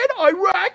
Iraq